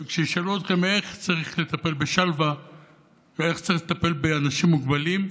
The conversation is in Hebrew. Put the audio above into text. וכשישאלו אתכם איך צריך לטפל בשלוה ואיך צריך לטפל באנשים מוגבלים,